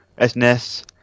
SNS